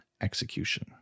execution